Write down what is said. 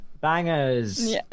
bangers